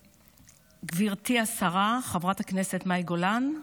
גברתי השרה חברת הכנסת מאי גולן,